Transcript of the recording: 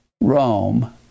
Rome